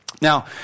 Now